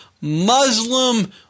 Muslim